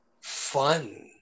fun